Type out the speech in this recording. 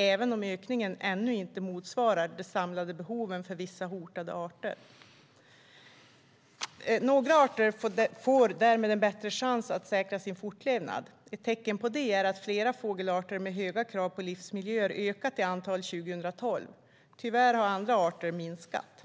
Även om ökningen ännu inte motsvarar de samlade behoven får vissa hotade arter bättre chans att säkra sin fortlevnad. Ett tecken på det är att flera fågelarter med höga krav på livsmiljöer ökat i antal under 2012. Tyvärr har andra arter minskat.